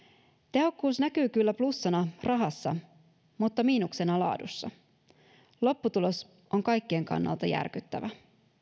tehokkuus näkyy kyllä plussana rahassa mutta miinuksena laadussa lopputulos on kaikkien kannalta järkyttävä